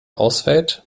ausfällt